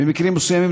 במקרים מסוימים,